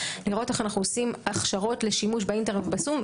חשוב לראות איך אנחנו עושים הכשרות לשימוש באינטרנט ובזום,